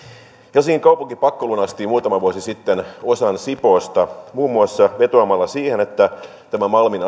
helsingin kaupunki pakkolunasti muutama vuosi sitten osan sipoosta muun muassa vetoamalla siihen että tämä malmin